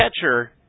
catcher